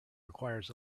requires